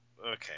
Okay